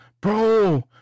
Bro